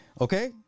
Okay